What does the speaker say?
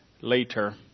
later